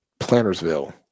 Plantersville